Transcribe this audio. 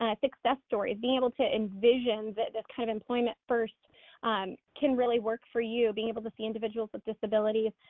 success stories, being able to envision that this kind of employment first um can really work for you, being able to see individuals with disabilities,